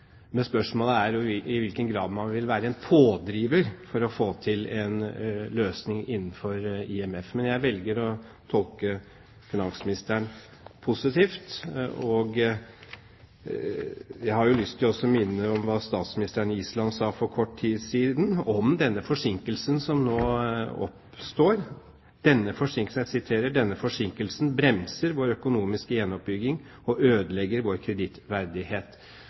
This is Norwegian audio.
pådriver for å få til en løsning innenfor IMF. Jeg velger å tolke finansministeren positivt. Jeg har også lyst til å minne om hva statsminister Sigurdardottir i Island sa for kort tid siden om denne forsinkelsen som nå oppstår: «Denne forsinkelsen bremser vår økonomiske gjenoppbygging og ødelegger vår kredittverdighet.»